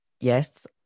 Yes